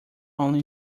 only